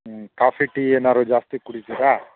ಹ್ಞೂ coffee tea ಏನಾದ್ರು ಜಾಸ್ತಿ ಕುಡಿತೀರಾ